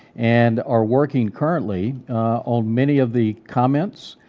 and are working currently on many of the comments,